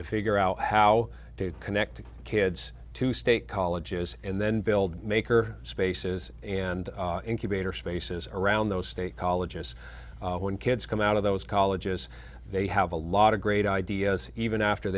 to figure out how to connect kids to state colleges and then build maker spaces and incubator spaces around those state colleges when kids come out of those colleges they have a lot of great ideas even after